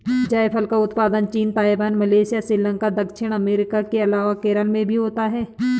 जायफल का उत्पादन चीन, ताइवान, मलेशिया, श्रीलंका, दक्षिण अमेरिका के अलावा केरल में भी होता है